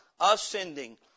ascending